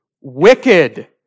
Wicked